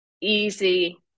easy